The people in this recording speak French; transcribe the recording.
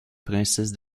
princesses